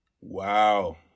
Wow